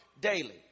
daily